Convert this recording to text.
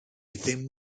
ddim